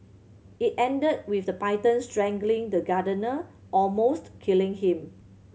it ended with the python strangling the gardener almost killing him